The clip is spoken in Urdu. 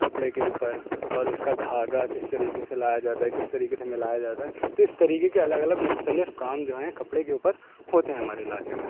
کپڑے کے اوپر اور اس کا دھاگا کس طریقے سے لایا جاتا ہے کس طریقے سے ملایا جاتا ہے تو اس طریقے کے الگ الگ مختلف کام جو ہیں کپڑے کے اوپر ہوتے ہیں ہمارے علاقے میں